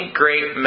great